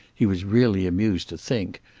he was really amused to think,